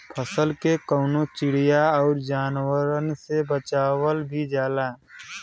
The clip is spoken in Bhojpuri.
फसल के कउनो चिड़िया आउर जानवरन से बचावल भी जाला